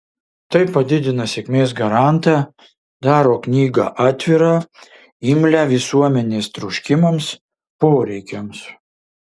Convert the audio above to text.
tai padidina sėkmės garantą daro knygą atvirą imlią visuomenės troškimams poreikiams